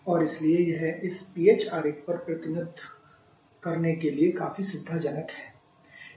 और इसलिए यह इस Ph आरेख पर प्रतिनिधित्व करने के लिए काफी सुविधाजनक है